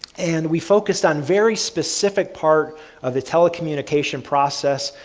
and we focused on very specific part of the telecommunication process.